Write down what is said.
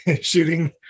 Shooting